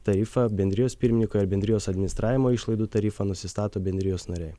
tarifą bendrijos pirmininkai ar bendrijos administravimo išlaidų tarifą nusistato bendrijos nariai